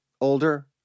older